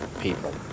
people